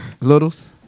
Littles